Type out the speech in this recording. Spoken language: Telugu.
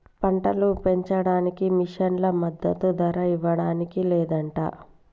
పంటలు పెంచడానికి మిషన్లు మద్దదు ధర ఇవ్వడానికి లేదంట